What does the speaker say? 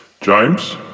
James